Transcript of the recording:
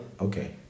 Okay